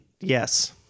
yes